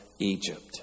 Egypt